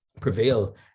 prevail